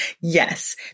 Yes